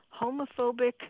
homophobic